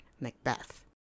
Macbeth